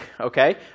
okay